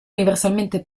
universalmente